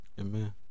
Amen